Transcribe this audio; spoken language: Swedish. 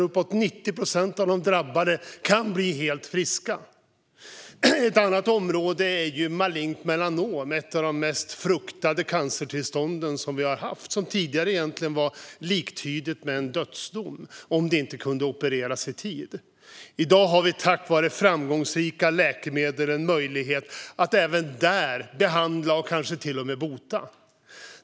Uppåt 90 procent av de drabbade kan bli helt friska. Ett annat område är malignt melanom. Det är ett av de mest fruktade cancertillstånd som vi haft. Det var tidigare egentligen liktydigt med en dödsdom om det inte kunde opereras i tid. I dag har vi tack vare framgångsrika läkemedel en möjlighet att även där behandla och kanske till och med bota.